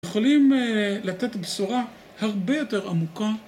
יכולים לתת בשורה הרבה יותר עמוקה